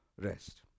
rest